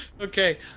Okay